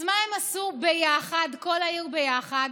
אז מה הם עשו ביחד, כל העיר ביחד?